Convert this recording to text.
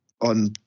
on